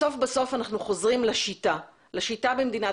בסוף סוף אנחנו חוזרים לשיטה במדינת